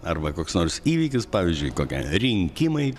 arba koks nors įvykis pavyzdžiui kokie rinkimai